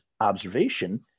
observation